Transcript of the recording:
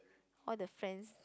all the friends